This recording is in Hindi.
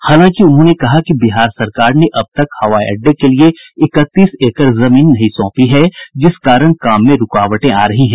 हालांकि उन्होंने कहा कि बिहार सरकार ने अब तक हवाई अड्डे के लिये इकतीस एकड़ जमीन नहीं सौंपी है जिस कारण काम में रूकावटें आ रही हैं